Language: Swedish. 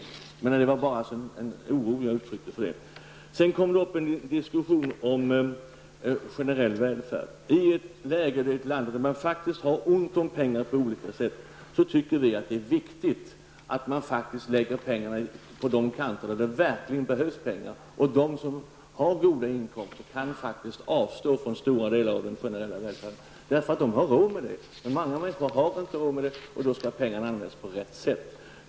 Men det var bara en oro som jag ville uttrycka. Det kom upp en diskussion om den generella välfärden. I ett läge i ett land när man faktiskt har ont om pengar tycker vi det är viktigt att lägga pengarna där de verkligen behövs. De som har goda inkomster kan avstå från stora delar av den generella välfärden eftersom de har råd med det. Men andra har inte råd med detta. Pengarna skall alltså användas på rätt sätt.